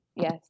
Yes